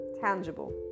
tangible